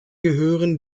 gehören